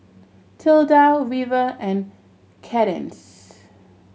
Tilda Weaver and Cadence